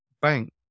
bank